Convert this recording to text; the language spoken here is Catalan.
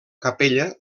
capella